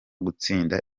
gutsinda